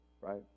right